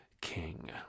King